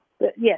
Yes